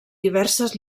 diverses